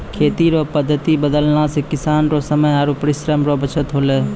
खेती रो पद्धति बदलला से किसान रो समय आरु परिश्रम रो बचत होलै